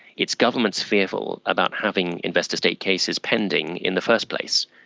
it's governments fearful about having investor-state cases pending in the first place,